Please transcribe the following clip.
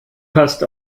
passt